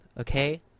Okay